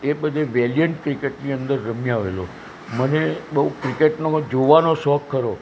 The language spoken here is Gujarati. એ બધે વેરિયન્ટ ક્રિકેટની અંદર રમી આવેલો મને બહુ ક્રિકેટનો જોવાનો શોખ ખરો